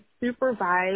supervise